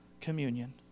communion